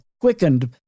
quickened